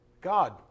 God